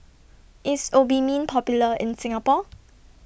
IS Obimin Popular in Singapore